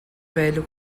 velho